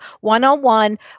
one-on-one